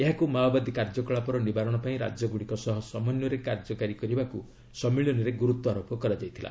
ଏହାକୁ ମାଓବାଦୀ କାର୍ଯ୍ୟକଳାପର ନିବାରଣପାଇଁ ରାଜ୍ୟଗୁଡ଼ିକ ସହ ସମନ୍ୱୟରେ କାର୍ଯ୍ୟ କରିବାକୁ ସମ୍ମିଳନୀରେ ଗୁରୁତ୍ୱ ଆରୋପ କରାଯାଇଥିଲା